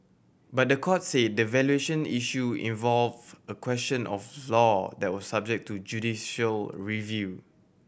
but the court say the valuation issue involve a question of law that was subject to judicial review